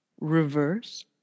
reverse